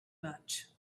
much